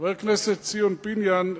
חבר הכנסת ציון פיניאן,